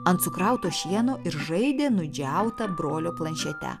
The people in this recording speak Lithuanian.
ant sukrauto šieno ir žaidė nudžiauta brolio planšete